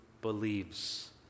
believes